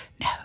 No